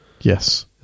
Yes